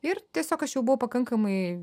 ir tiesiog aš jau buvau pakankamai